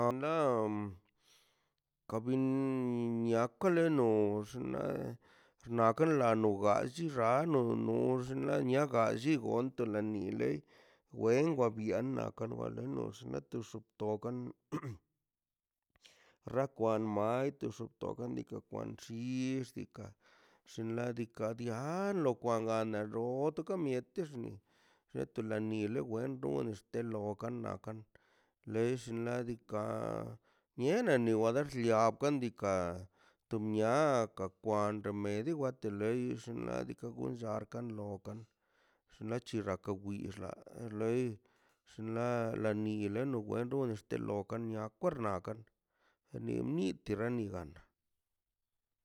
On la ka bin niakale nox ne xnaꞌ ka lano ogalli xano nox niaga lligontelo nilewen gan biana ka ruale na xno ga tu xbogan rakwan mal eiti bxotogan ni kwan llixix diikaꞌ xinladika ni kwa na miento ka mieti xin xito la mieto mie don la xtelogan nakan lei xnaꞌ diikaꞌ niena wa le xliab akandika tu miaka takwanr mie ni wate lei xnaꞌ diikaꞌ gon llal kan lokan xnaka lo chi waxa wa loi xnaꞌ la niile wa lei wencho ax to lob kania ka wrrakan na ni miti kadigan